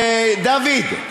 דוד,